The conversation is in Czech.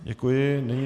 Děkuji.